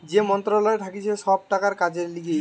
যেই মন্ত্রণালয় থাকতিছে সব টাকার কাজের লিগে